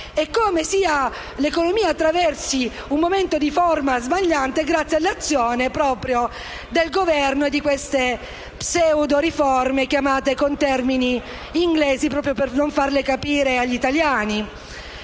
di come l'economia stia attraversando un momento di forma smagliante grazie all'azione del Governo e di queste pseudoriforme chiamate con termini inglesi per non farle capire agli italiani.